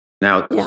now